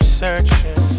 searching